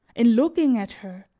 in looking at her,